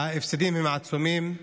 ההפסדים הם עצומים.